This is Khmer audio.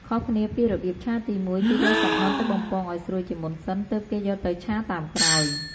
ខុសគ្នាពីរបៀបឆាទី១ គេយកសាច់មាន់ទៅបំពងឱ្យស្រួយជាមុនសិន ទើបគេយកទៅឆាតាមក្រោយ។